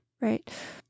right